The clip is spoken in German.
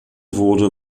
wurde